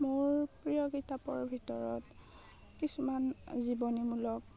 মোৰ প্ৰিয় কিতাপৰ ভিতৰত কিছুমান জীৱনীমূলক